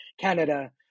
Canada